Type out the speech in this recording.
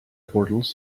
portals